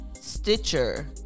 Stitcher